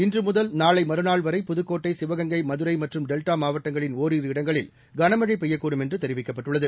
இன்று முதல் நாளை மற்றாள் வரை புதுக்கோட்டை சிவகங்கை மதுரை மற்றும் டெல்டா மாவட்டங்களின் ஒரிரு இடங்களில் கனமழை பெய்யக்கூடும் என்றும் தெரிவிக்கப்பட்டுள்ளது